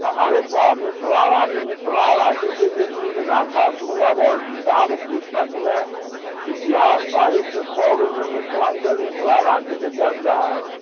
अरे बाप मिथिला राज्य मिथिला राज्यके जे वीरगाथा सुनब आओर किताब पुस्तकमे इतिहास साहित्य सभमे मिथिलाञ्चल मिथिला राज्यके चर्चा अइ